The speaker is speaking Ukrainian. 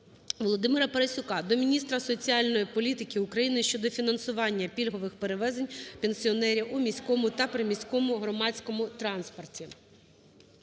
ВолодимираПарасюка до міністра соціальної політики України щодо фінансування пільгових перевезень пенсіонерів у міському та приміському громадському транспорті.